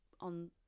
on